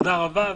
תודה רבה.